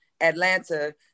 Atlanta